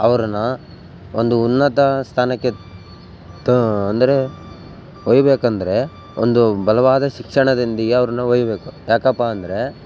ಅವ್ರನ್ನು ಒಂದು ಉನ್ನತ ಸ್ಥಾನಕ್ಕೆ ತ ಅಂದರೆ ಒಯ್ಬೇಕಂದರೆ ಒಂದು ಬಲವಾದ ಶಿಕ್ಷಣದೊಂದಿಗೆ ಅವ್ರನ್ನು ಒಯ್ಬೇಕು ಯಾಕಪ್ಪ ಅಂದರೆ